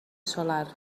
solar